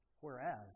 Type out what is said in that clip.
Whereas